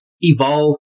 evolve